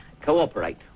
cooperate